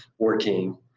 working